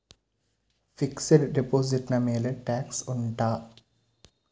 fixed deposit ನ ಮೇಲೆ tax ಉಂಟಾ